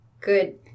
Good